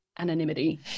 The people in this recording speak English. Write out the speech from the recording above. anonymity